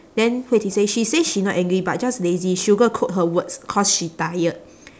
then hui ting say she say she not angry but just lazy she will go and quote her words cause she tired